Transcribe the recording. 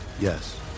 Yes